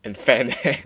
and eh